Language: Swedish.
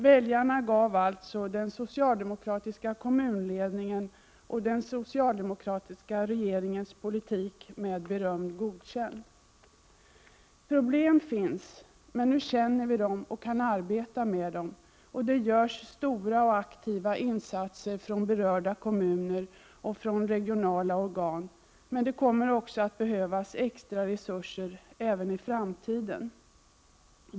Väljarna gav alltså den socialdemokratiska kommunledningen och den socialdemokratiska regeringens politik med beröm godkänt. Problem finns, men nu känner vi dem och kan arbeta med dem. Det görs stora och aktiva insatser från berörda kommuner och från regionala organ, men det kommer också att behövas extra resurser även i framtiden.